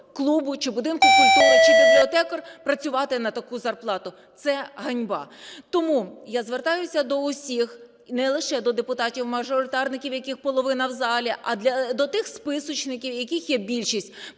клубу чи будинку культури, чи бібліотекар працювати на таку зарплату? Це ганьба. Тому я звертаюся до всіх, не лише до депутатів-мажоритарників, яких половина в залі, а до тих списочників, яких є більшість,